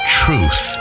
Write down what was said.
truth